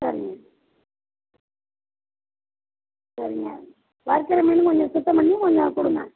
சரிங்க சரிங்க வறுக்கிற மீனும் கொஞ்சம் சுத்தம் பண்ணி கொஞ்சம் கொடுங்க